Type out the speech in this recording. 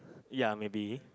ya maybe